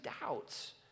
doubts